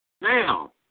Now